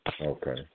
Okay